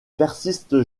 persiste